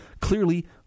clearly